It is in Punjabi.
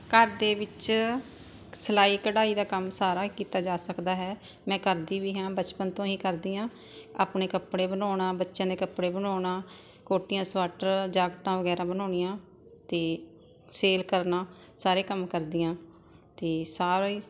ਘਰ ਦੇ ਵਿੱਚ ਸਿਲਾਈ ਕਢਾਈ ਦਾ ਕੰਮ ਸਾਰਾ ਕੀਤਾ ਜਾ ਸਕਦਾ ਹੈ ਮੈਂ ਕਰਦੀ ਵੀ ਹਾਂ ਬਚਪਨ ਤੋਂ ਹੀ ਕਰਦੀ ਹਾਂ ਆਪਣੇ ਕੱਪੜੇ ਬਣਾਉਣਾ ਬੱਚਿਆਂ ਦੇ ਕੱਪੜੇ ਬਣਾਉਣਾ ਕੋਟੀਆਂ ਸਵਾਟਰ ਜਾਕਟਾਂ ਵਗੈਰਾ ਬਣਾਉਣੀਆਂ ਅਤੇ ਸੇਲ ਕਰਨਾ ਸਾਰੇ ਕੰਮ ਕਰਦੀ ਹਾਂ ਅਤੇ ਸਾਰਾ